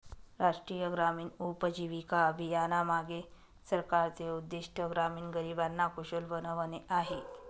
राष्ट्रीय ग्रामीण उपजीविका अभियानामागे सरकारचे उद्दिष्ट ग्रामीण गरिबांना कुशल बनवणे आहे